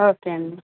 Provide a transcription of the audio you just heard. okay అండి